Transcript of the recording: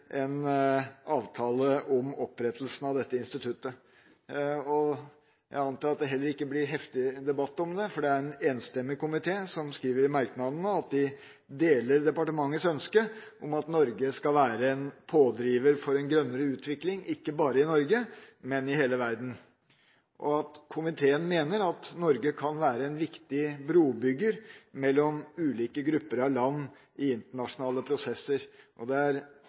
en avtale om opprettelsen av dette instituttet. Jeg antar at det heller ikke blir heftig debatt om det, for det er en enstemmig komité som skriver i merknadene at de deler departementets ønske om at Norge skal være en pådriver for en grønnere utvikling – ikke bare i Norge, men i hele verden. Komiteen mener at Norge kan være en viktig brobygger mellom ulike grupper av land i internasjonale prosesser. Vi er